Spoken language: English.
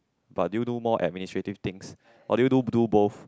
but do you do more administrative things or do you do do both